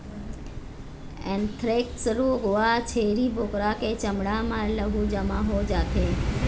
anthrax रोग म छेरी बोकरा के चमड़ा म लहू जमा हो जाथे